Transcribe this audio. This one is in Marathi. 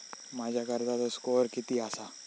माझ्या कर्जाचो स्कोअर किती आसा?